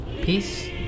Peace